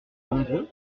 nombreux